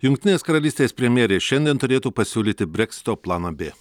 jungtinės karalystės premjerė šiandien turėtų pasiūlyti breksito planą b